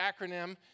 acronym